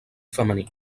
femení